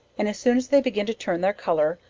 and as soon as they begin to turn their colour,